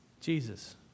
Jesus